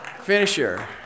finisher